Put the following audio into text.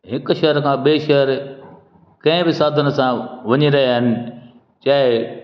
हिकु शहर खां ॿिए शहर कंहिं बि साधन सां वञी रहिया आहिनि चाहे